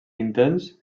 intents